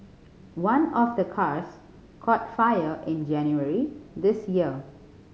one of the cars caught fire in January this year